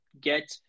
get